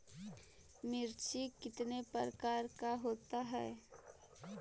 मिर्ची कितने प्रकार का होता है?